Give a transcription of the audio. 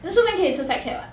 then 顺便可以吃 fat cat what